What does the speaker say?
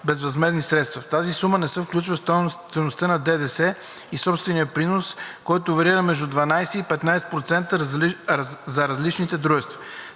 безвъзмездни средства. В тази сума не се включва стойността на ДДС и собственият принос, който варира между 12 и 15% за различните дружества.